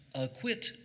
acquit